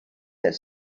that